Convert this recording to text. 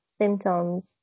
symptoms